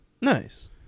Nice